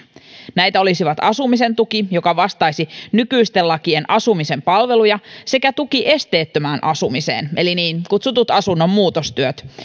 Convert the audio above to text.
näitä olisivat asumisen tuki joka vastaisi nykyisten lakien asumisen palveluja sekä tuki esteettömään asumiseen eli niin kutsutut asunnon muutostyöt